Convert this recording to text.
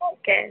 okay